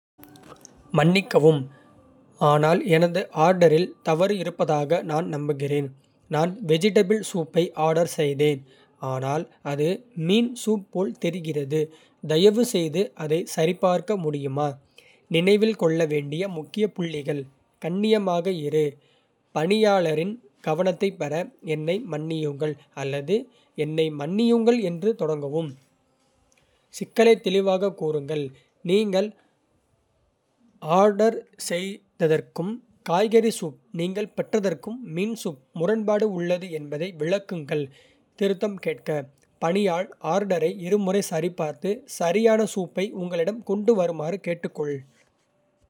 மன்னிக்கவும், ஆனால் எனது ஆர்டரில் தவறு இருப்பதாக நான் நம்புகிறேன். நான் வெஜிடபிள் சூப்பை ஆர்டர் செய்தேன், ஆனால் இது மீன் சூப் போல் தெரிகிறது. தயவுசெய்து அதைச் சரிபார்க்க முடியுமா. நினைவில் கொள்ள வேண்டிய முக்கிய புள்ளிகள். கண்ணியமாக இரு. பணியாளரின் கவனத்தைப் பெற, என்னை மன்னியுங்கள் அல்லது என்னை மன்னியுங்கள் என்று தொடங்கவும். சிக்கலைத் தெளிவாகக் கூறுங்கள் நீங்கள் ஆர்டர் செய்ததற்கும் காய்கறி சூப் நீங்கள் பெற்றதற்கும் மீன் சூப் முரண்பாடு உள்ளது என்பதை விளக்குங்கள். திருத்தம் கேட்க. பணியாள் ஆர்டரை இருமுறை சரிபார்த்து, சரியான சூப்பை உங்களிடம் கொண்டு வருமாறு கேட்டுக்கொள்.